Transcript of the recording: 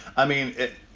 i mean, it.